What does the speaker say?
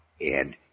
Ed